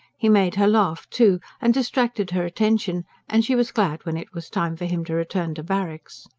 he made her laugh, too, and distracted her attention and she was glad when it was time for him to return to barracks.